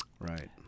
right